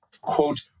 quote